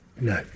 No